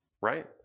right